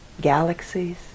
galaxies